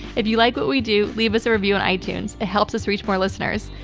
if you like what we do, leave us a review on itunes. it helps us reach more listeners.